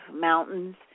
mountains